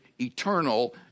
eternal